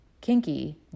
Kinky